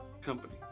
company